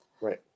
right